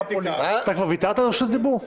אתה כבר ויתרת רשות דיבור?